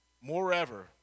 Moreover